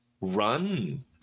run